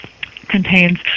contains